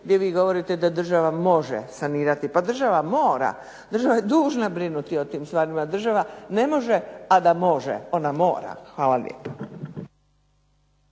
gdje vi govorite da država može sanirati. Pa država mora, država je dužna brinuti o tim stvarima. Država ne može a da može. Ona mora. Hvala lijepo.